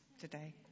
today